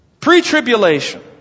Pre-tribulation